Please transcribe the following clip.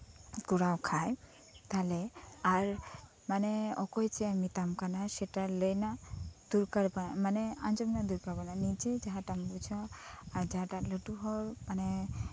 ᱠᱚᱨᱟᱣ ᱠ ᱷᱟᱡ ᱛᱟᱦᱞᱮ ᱟᱨ ᱢᱟᱱᱮ ᱚᱠᱚᱭ ᱪᱮᱫ ᱮᱢ ᱢᱮᱛᱟᱢ ᱠᱟᱱᱟ ᱞᱟᱹᱭ ᱨᱮᱱᱟ ᱢᱟᱱᱮ ᱟᱸᱡᱚᱢ ᱨᱮᱱᱟᱜ ᱫᱚᱨᱠᱟᱨᱼᱟ ᱱᱤᱡᱮ ᱡᱟᱸᱦᱟ ᱞᱮᱠᱟᱢ ᱵᱩᱡᱟ ᱟᱨ ᱡᱟᱸᱦᱟᱴᱟᱜ ᱞᱟᱹᱴᱩ ᱦᱚᱲ ᱢᱟᱱᱮ